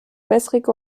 wässrige